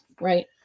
right